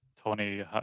Tony